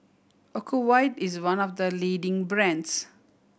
Ocuvite is one of the leading brands